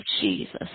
Jesus